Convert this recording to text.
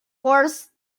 horse